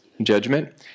judgment